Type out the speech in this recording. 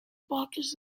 boxes